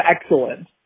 excellent